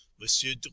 Monsieur